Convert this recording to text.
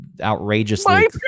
Outrageously